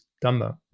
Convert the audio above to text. dumber